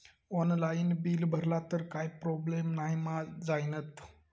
Online bill भरला तर काय प्रोब्लेम नाय मा जाईनत?